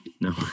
No